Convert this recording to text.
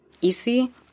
easy